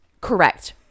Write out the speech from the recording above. Correct